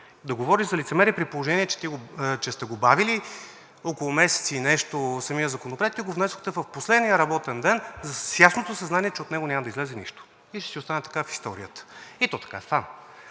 Да говориш за лицемерие, при положение че сте бавили около месец и нещо самия законопроект, и го внесохте в последния работен ден с ясното съзнание, че от него няма да излезе нищо, и ще си остане така в историята. И то така стана.